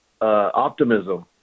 optimism